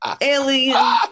alien